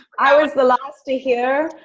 i was the last to hear.